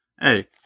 Hey